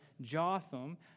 Jotham